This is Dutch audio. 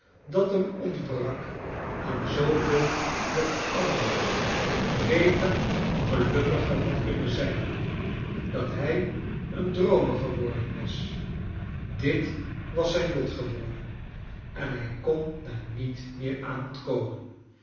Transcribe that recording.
dat hem ontbrak aan zooveel dat anders beter gelukkiger had kunnen zijn dat hij een droomer geworden was dit was zijn lot geworden en hij kon daar niet meer aan ontkomen